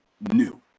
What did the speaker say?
new